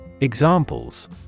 Examples